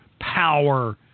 power